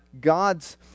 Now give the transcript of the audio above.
God's